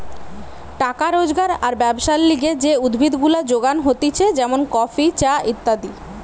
টাকা রোজগার আর ব্যবসার লিগে যে উদ্ভিদ গুলা যোগান হতিছে যেমন কফি, চা ইত্যাদি